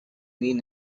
mean